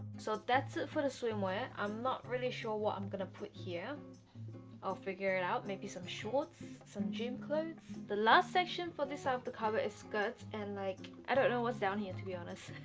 so that's it for the swimwear, i'm not really sure what i'm gonna put here i'll figure it out maybe some short some gym clothes the last section for this off the cover is skirt and like i don't know what's down here to be honest